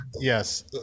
yes